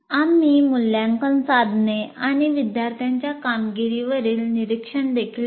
आम्ही मूल्यांकन साधने आणि विद्यार्थ्यांच्या कामगिरीवरील निरीक्षणे देखील पाहू